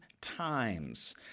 times